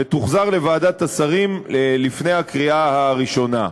ותוחזר לוועדת השרים לפני הקריאה הראשונה.